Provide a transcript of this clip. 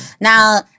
Now